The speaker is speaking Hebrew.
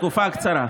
תקופה קצרה.